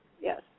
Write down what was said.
Yes